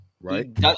Right